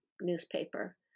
newspaper